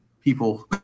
people